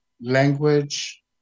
Language